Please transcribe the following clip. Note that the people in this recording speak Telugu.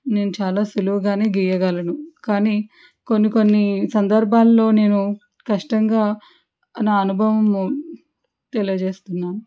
నేను చాలా సులువుగానే గీయగలను కొన్ని కొన్ని సందర్భాలలో నేను కష్టంగా నా అనుభవంను తెలిచేస్తున్నాను